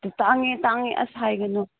ꯇꯥꯡꯉꯦ ꯇꯥꯡꯉꯦ ꯑꯁ ꯍꯥꯏꯒꯅꯨ